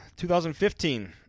2015